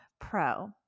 pro